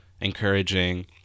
encouraging